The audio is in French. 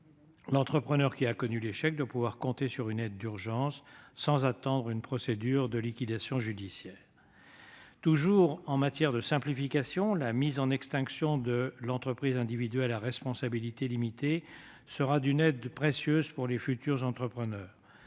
l'entrepreneur qui a connu l'échec doit pouvoir compter sur une aide d'urgence, sans attendre une procédure de liquidation judiciaire. Toujours en matière de simplification, la mise en extinction du statut d'entrepreneur individuel à responsabilité limitée sera d'une aide précieuse pour tous les futurs entrepreneurs.